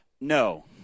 No